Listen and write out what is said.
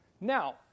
Now